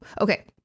Okay